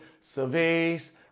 surveys